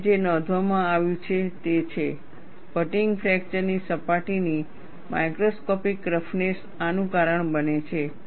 અને જે નોંધવામાં આવ્યું છે તે છે ફટીગ ફ્રેકચર ની સપાટીની માઇક્રોસ્કોપિક રફનેસ આનું કારણ બને છે